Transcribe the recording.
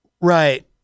Right